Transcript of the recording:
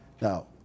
Now